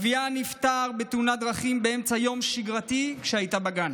אביה נפטר בתאונת דרכים באמצע יום שגרתי כשהייתה בגן.